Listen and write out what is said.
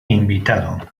invitado